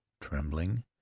Trembling